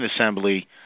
Assembly